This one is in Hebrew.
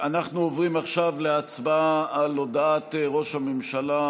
אנחנו עוברים עכשיו להצבעה על הודעת ראש הממשלה